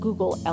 Google